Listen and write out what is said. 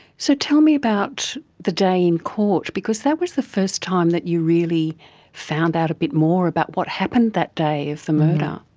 so tell me about the day in court because that was the first time that you really found out a bit more about what happened that day of the murder.